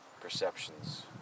perceptions